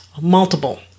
multiple